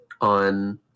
on